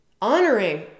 honoring